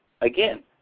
again